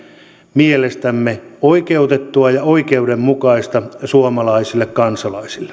mielestämme oikeutettua ja oikeudenmukaista suomalaisille kansalaisille